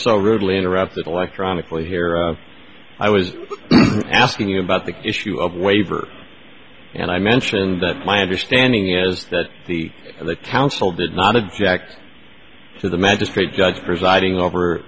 so rudely interrupted electronically here i was asking you about the issue of waiver and i mentioned that my understanding is that the council did not object to the magistrate judge presiding over